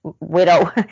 widow